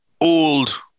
old